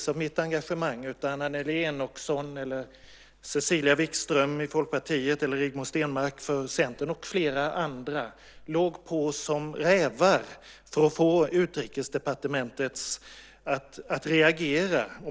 för mitt engagemang, men Annelie Enochson, Cecilia Wikström för Folkpartiet, Rigmor Stenmark för Centern och flera andra låg på som rävar för att få Utrikesdepartementet att reagera.